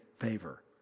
favor